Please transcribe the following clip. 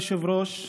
כבוד היושב-ראש,